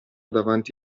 davanti